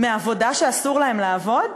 מעבודה שאסור להם לעבוד?